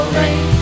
rain